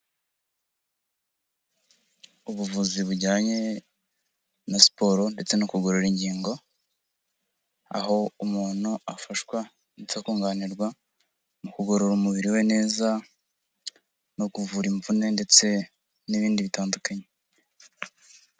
Ubuvuzi bujyanye na siporo ndetse no kugorora ingingo, aho umuntu afashwa ndetse akunganirwa mu kugorora umubiri we neza, no kuvura imvune ndetse n'ibindi bitandukanye.